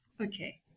okay